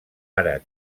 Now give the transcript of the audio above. ara